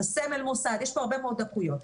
את סמל המוסד יש פה הרבה מאוד דקויות.